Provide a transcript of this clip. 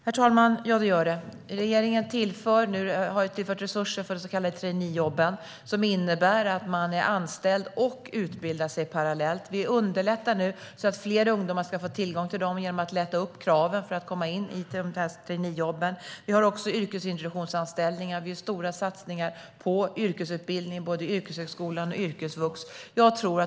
Herr talman! Ja, det gör det. Regeringen har nu tillfört resurser för de så kallade traineejobben, som innebär att man är anställd och utbildar sig parallellt. Vi lättar nu på kraven för traineejobben, så att fler ungdomar ska få tillgång till dem. Vi har också yrkesintroduktionsanställningar. Vi gör stora satsningar på yrkesutbildning inom både yrkeshögskolan och yrkesvux.